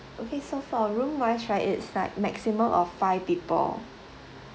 okay so for room wise right it's like maximum of five people